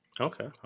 Okay